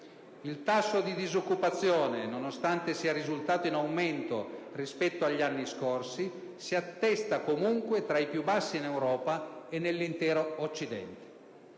Il tasso di disoccupazione, nonostante sia risultato in aumento rispetto agli anni scorsi, si attesta comunque tra i più bassi in Europa e nell'intero Occidente.